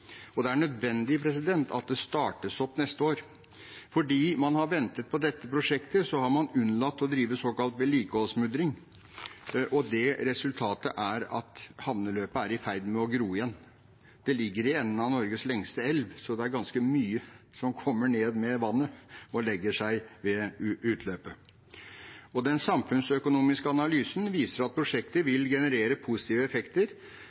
Og det er nødvendig at det startes opp neste år. Fordi man har ventet på dette prosjektet, har man unnlatt å drive såkalt vedlikeholdsmudring, og resultatet er at havneløpet er i ferd med å gro igjen. Det ligger i enden av Norges lengste elv, så det er ganske mye som kommer ned med vannet og legger seg ved utløpet. Den samfunnsøkonomiske analysen viser at prosjektet vil generere positive effekter